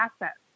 assets